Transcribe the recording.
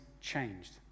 changed